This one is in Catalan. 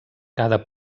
cada